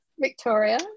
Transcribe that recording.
Victoria